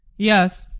yes